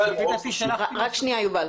כאלה שמסתכלים עליה חיובית,